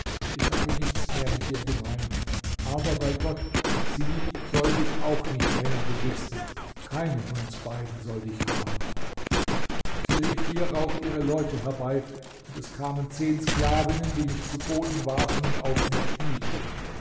ich habe nichts mehr mit dir gemein aber bei gott sie soll dich auch nicht länger besitzen keine von uns beiden soll dich haben sie rief hierauf ihre leute herbei und es kamen zehn sklavinnen die mich zu boden warfen und auf mir knieten